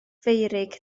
feurig